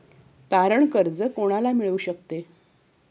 तारण कर्ज कोणाला मिळू शकते?